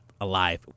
alive